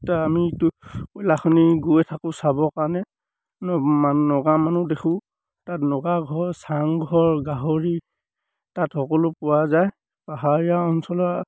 তাত আমি কয়লাখনি গৈ থাকোঁ চাবৰ কাৰণে নগা মানুহ দেখোঁ তাত নগাঘৰ চাংঘৰ গাহৰি তাত সকলো পোৱা যায় পাহাৰীয়া অঞ্চলৰ